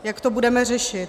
Jak to budeme řešit?